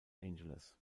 angeles